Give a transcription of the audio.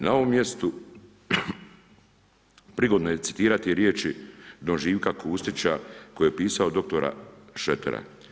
Na ovom mjestu prigodno je citirati riječi don Živka Kustića koji je opisao dr. Šretera.